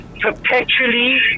perpetually